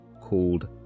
called